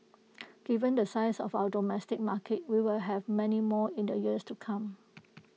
given the size of our domestic market we will have many more in the years to come